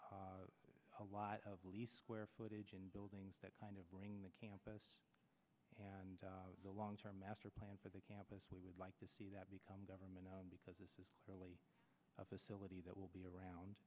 a lot of the least square footage in buildings that kind of bring the campus and the long term master plan for the campus we would like to see that become government because this is really a facility that will be around